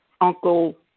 Uncle